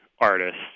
artists